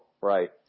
right